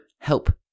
help